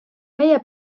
meie